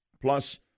Plus